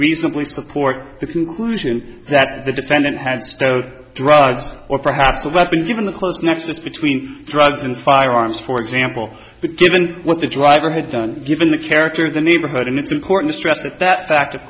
reasonably support the conclusion that the defendant had stowed drugs or perhaps a weapon given the close nexus between drugs and firearms for example but given what the driver had done given the character of the neighborhood and it's important to stress that that fact of